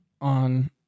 on